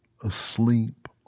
asleep